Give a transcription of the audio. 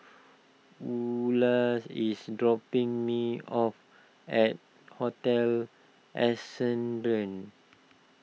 Eula is dropping me off at Hotel Ascendere